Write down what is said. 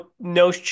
no